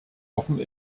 offen